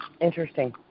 Interesting